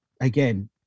again